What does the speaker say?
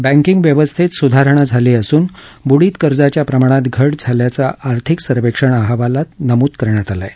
बँकिग व्यवस्थेत सुधारणा झाली असून बुडित कर्जाच्या प्रमाणात घट झाल्याचं आर्थिक सर्वेक्षण अहवालात नमूद करण्यात आलं आहे